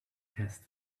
test